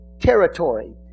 territory